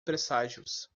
presságios